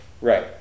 Right